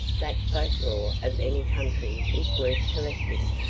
that folk-lore of any country is worth collecting,